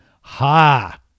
Ha